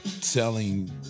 telling